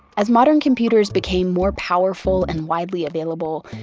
as modern computers became more powerful and widely available,